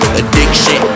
addiction